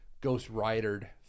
ghost-ridered